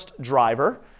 driver